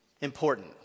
important